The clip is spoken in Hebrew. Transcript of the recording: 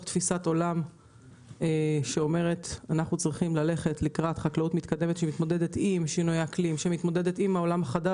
הבנה של צורך בחקלאות שמתמודדת עם שינויי האקלים והצורך